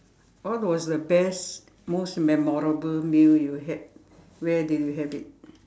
what was the best most memorable meal you had where did you have it